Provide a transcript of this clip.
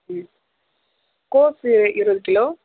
ம் கோசு இருபது கிலோ